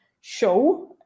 show